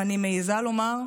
ואני מעיזה לומר,